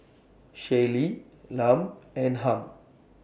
Shaylee Lum and Hamp